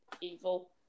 evil